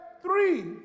three